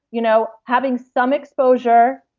you know having some exposure.